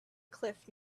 cliff